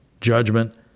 judgment